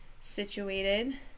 situated